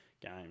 game